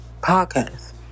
podcast